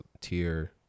tier